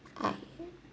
uh